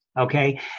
Okay